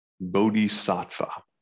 bodhisattva